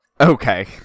Okay